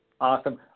Awesome